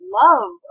love